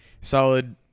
solid